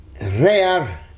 rare